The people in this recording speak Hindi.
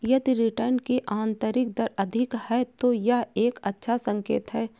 यदि रिटर्न की आंतरिक दर अधिक है, तो यह एक अच्छा संकेत है